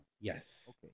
yes